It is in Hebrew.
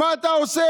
מה אתה עושה,